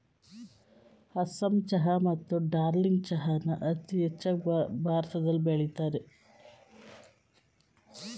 ಅಸ್ಸಾಂ ಚಹಾ ಮತ್ತು ಡಾರ್ಜಿಲಿಂಗ್ ಚಹಾನ ಅತೀ ಹೆಚ್ಚಾಗ್ ಭಾರತದಲ್ ಬೆಳಿತರೆ